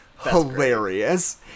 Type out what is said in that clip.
hilarious